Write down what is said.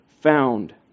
found